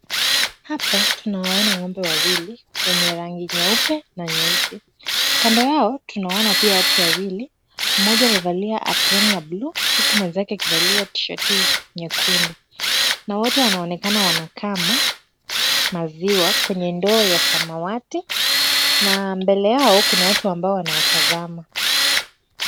Hapa tunawaona ng'ombe wawili wenye rangi nyeupe na nyeusi. Kando yao tunaona pia watu wawili, mmoja amevalia aproni ya buluu huku mwenzake akivalia tishati nyekundu na wote wanaonekana wanakama maziwa kwenye ndoo ya samawati na mbele yao kuna watu ambao wanawatazama.